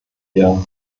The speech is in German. wir